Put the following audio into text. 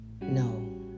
No